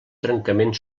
trencament